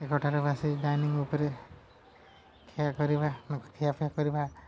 ଏକାଠାରେ ବସି ଡାଇନିଂ ଉପରେ ଖିଆ କରିବା ଖିଆପିଆ କରିବା